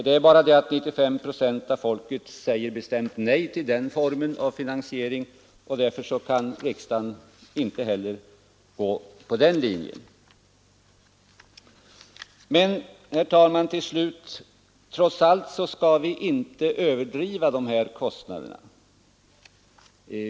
Men det är ju så att 95 procent av folket säger bestämt nej till den formen av finansiering, och därför kan riksdagen inte heller gå på den linjen. Trots allt, herr talman, skall vi inte överdriva dessa kostnader.